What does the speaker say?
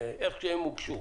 איך שהן הוגשו?